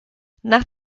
nach